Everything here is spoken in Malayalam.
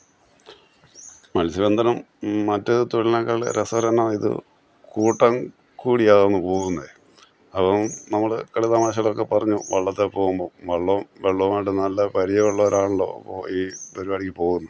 മത്സ്യബന്ധനം മറ്റേത് തൊഴിലിനെക്കാളും രസകരമാണ് ഇത് കൂട്ടം കൂടിയാതങ്ങ് പോകുന്നെ അപ്പോള് നമ്മള് കളിതമാശകളൊക്കെ പറഞ്ഞ് വള്ളത്തെപ്പോകുമ്പോള് വള്ളവും വെള്ളവുമായിട്ട് നല്ല പരിചയമുള്ളവരാണല്ലോ ഈ പരിപാടിക്ക് പോകുന്നെ